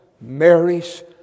Mary's